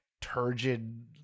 turgid